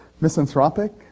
misanthropic